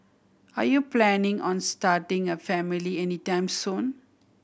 are you planning on starting a family anytime soon